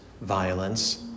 violence